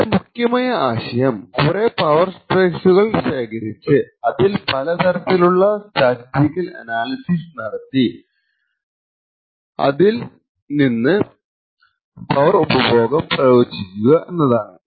ഇതിന്റെ മുഖ്യമായ ആശയം കുറെ പവർ ട്രേസ്സുകൾ ശേഖരിച്ചു അതിൽ പല തരത്തിലുള്ള സ്റ്റാറ്റിസ്റ്റിക്കൽ അനാലിസിസ് നടത്തി അതിൽ പ്രവചിക്കുക എന്നതാണ്